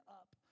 up